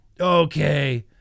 Okay